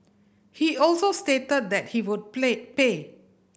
he also stated that he would play pay